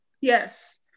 yes